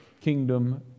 kingdom